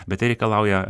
bet tai reikalauja